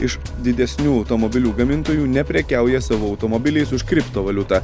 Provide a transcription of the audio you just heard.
iš didesnių automobilių gamintojų neprekiauja savo automobiliais už kriptovaliutą